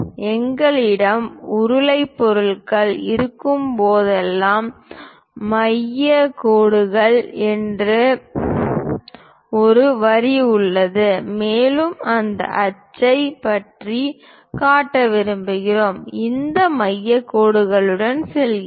எங்களிடம் உருளை பொருள்கள் இருக்கும்போதெல்லாம் மைய கோடுகள் என்று ஒரு வரி உள்ளது மேலும் அந்த அச்சைப் பற்றி காட்ட விரும்புகிறோம் இந்த மையக் கோடுகளுடன் செல்கிறோம்